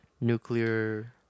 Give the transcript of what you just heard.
nuclear